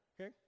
Okay